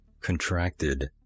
contracted